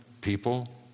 people